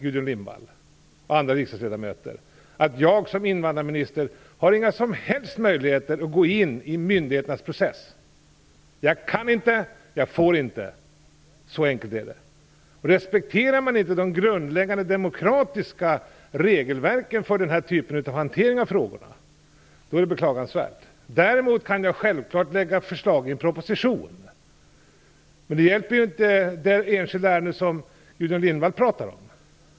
Gudrun Lindvall och andra riksdagsledamöter vet att jag som invandrarminister inte har några som helst möjligheter att gå in i myndigheternas process. Jag kan inte, och jag får inte. Så enkelt är det. Det är beklagligt om man inte respekterar de grundläggande demokratiska regelverken för den här typen av hantering av frågorna. Däremot kan jag självfallet väcka förslag i propositioner. Men det hjälper ju inte det enskilda ärende som Gudrun Lindvall talar om.